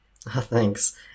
Thanks